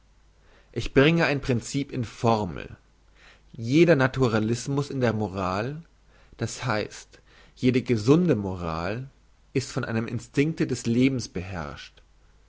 ich bringe ein princip in formel jeder naturalismus in der moral das heisst jede gesunde moral ist von einem instinkte des lebens beherrscht